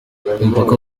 mupaka